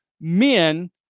men